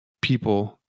people